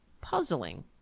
puzzling